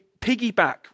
piggyback